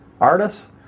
Artists